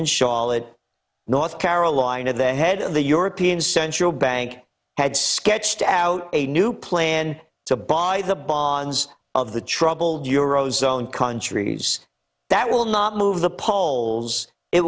in charlotte north carolina the head of the european central bank had sketched out a new plan to buy the bonds of the troubled euro zone countries that will not move the polls it